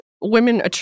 women